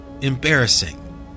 embarrassing